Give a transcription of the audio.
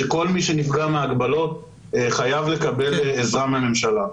שכל מי שנפגע מההגבלות חייב לקבל עזרה מהממשלה.